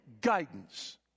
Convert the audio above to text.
guidance